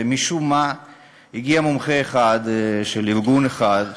משום מה הגיע מומחה אחד של ארגון אחד,